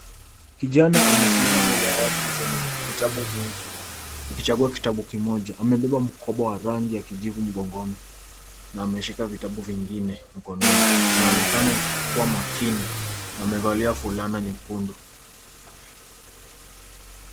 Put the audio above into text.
Kijana amesimama mbele ya rafu zenye vitabu vingi akichagua kitabu kimoja amebeba mkoba wa rangi ya kijivu mgongoni na ameshika vitabu vingine mkononi anaonekana kua makini na amevalia fulana nyekundu.